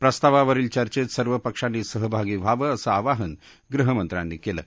प्रस्तावावरील चर्चेत सर्व पक्षांनी सहभागी व्हावं असं आवाहन गृहमंत्र्यांनी कलि